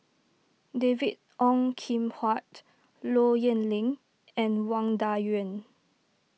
David Ong Kim Huat Low Yen Ling and Wang Dayuan